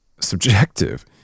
subjective